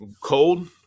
cold